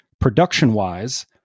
Production-wise